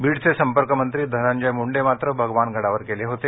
बीडचे संपर्कमंत्री धनंजय मुंडे मात्र भगवानगडावर गेले होते